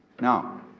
Now